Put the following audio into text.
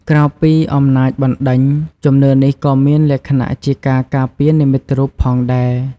ក្រៅពីអំណាចបណ្ដេញ ជំនឿនេះក៏មានលក្ខណៈជាការការពារនិមិត្តរូបផងដែរ